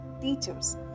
teachers